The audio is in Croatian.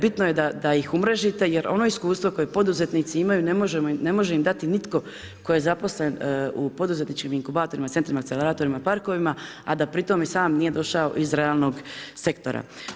Bitno je da ih umrežite, jer ono iskustvo koje poduzetnici imaju, ne može im dati nitko tko je zaposlen u poduzetničkim inkubatorima centrima … parkovima, a da pritom ni sam nije došao iz realnog sektora.